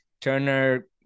turner